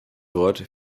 wort